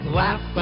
laugh